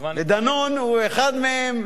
דנון הוא אחד מהם,